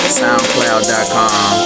soundcloud.com